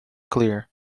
clear